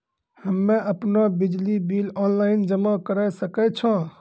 हम्मे आपनौ बिजली बिल ऑनलाइन जमा करै सकै छौ?